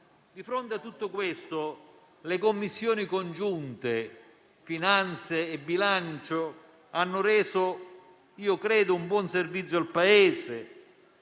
Di fronte a tutto questo, le Commissioni congiunte finanze e bilancio hanno reso un buon servizio al Paese,